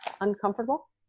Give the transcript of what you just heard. uncomfortable